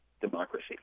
democracy